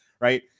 right